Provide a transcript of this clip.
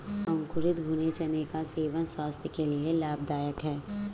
अंकुरित भूरे चने का सेवन स्वास्थय के लिए लाभदायक है